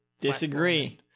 Disagree